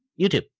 YouTube